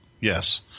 yes